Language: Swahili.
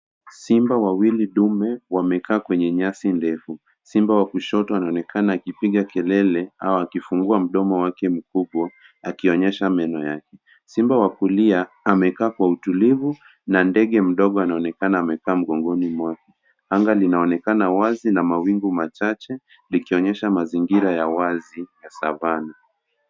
Simba wawili dume wamekaa kwenye nyasi ndefu. Simba wa kushoto anaonekana akipiga kelele au akifungua mdomo wake mkubwa, akionyesha meno yake. Simba wa kulia amekaa kwa utulivu, na ndege mdogo anaonekana amekaa mgongoni mwake. Anga linaonekana wazi na mawingu machache, likionyesha mazingira ya wazi ya savana.